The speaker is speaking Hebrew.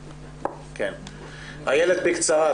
איילת, בקצרה.